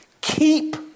keep